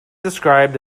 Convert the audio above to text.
described